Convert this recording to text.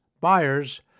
buyers